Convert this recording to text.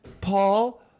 Paul